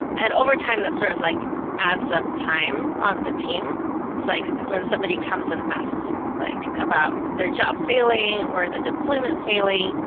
and over time that's sort of like adds up time on the team. it's like when somebody comes and asks like about their job failing or the deployment failing,